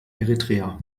eritrea